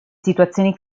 situazioni